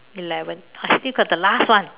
eleven I still got the last one